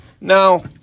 Now